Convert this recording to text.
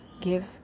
give